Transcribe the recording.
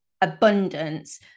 abundance